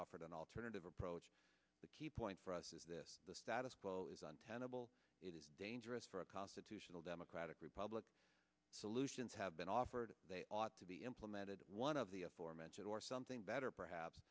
offered an alternative approach the key point for us is this the status quo is untenable it is dangerous for a constitutional democratic republic solutions have been offered they ought to be implemented one of the aforementioned or something better perhaps